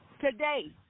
today